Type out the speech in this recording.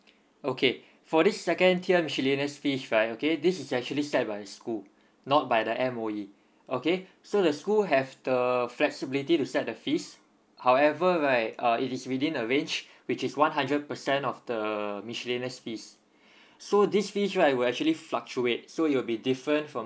okay for this second tier miscellaneous fees right okay this is actually set my school not by the M_O_E okay so the school have the flexibility to set the fees however right uh it is within a range which is one hundred percent of the miscellaneous fees so this fees right will actually fluctuates so it'll be different from